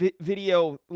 video